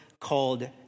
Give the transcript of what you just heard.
called